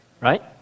right